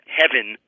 heaven